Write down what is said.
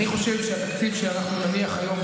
אני חושב שהתקציב שאנחנו נניח היום,